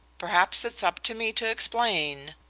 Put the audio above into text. perhaps it's up to me to explain.